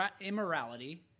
immorality